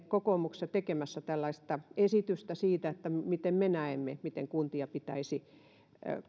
kokoomuksessa tekemässä tällaista esitystä siitä miten me näemme miten kuntia pitäisi tukea